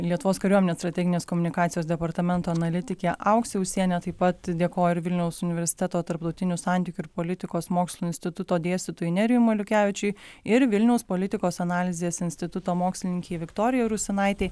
lietuvos kariuomenės strateginės komunikacijos departamento analitikė auksė ūsienė taip pat dėkoju ir vilniaus universiteto tarptautinių santykių ir politikos mokslų instituto dėstytojui nerijui maliukevičiui ir vilniaus politikos analizės instituto mokslininkei viktorijai rusinaitei